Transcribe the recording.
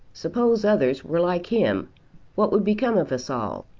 suppose others were like him what would become of us all?